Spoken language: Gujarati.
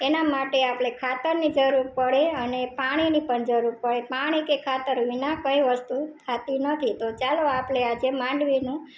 એના માટે આપણે ખાતરની જરૂર પડે અને પાણીની પણ જરૂર પડે પાણી કે ખાતર વિના કંઈ વસ્તુ થાતી નથી તો ચાલો આજે આપણે માંડવીનું